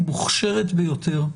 מוכשרת ביותר,